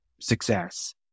success